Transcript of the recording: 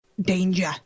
Danger